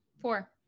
Four